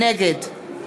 נגד